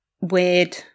weird